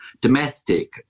domestic